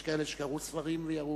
יש כאלה שקראו ספרים וירו.